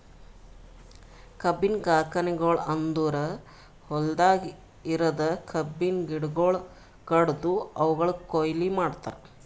ಕಬ್ಬಿನ ಕಾರ್ಖಾನೆಗೊಳ್ ಅಂದುರ್ ಹೊಲ್ದಾಗ್ ಇರದ್ ಕಬ್ಬಿನ ಗಿಡಗೊಳ್ ಕಡ್ದು ಅವುಕ್ ಕೊಯ್ಲಿ ಮಾಡ್ತಾರ್